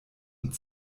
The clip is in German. und